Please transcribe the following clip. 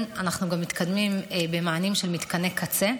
אנחנו גם מתקדמים במענים של מתקני קצה,